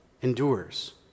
endures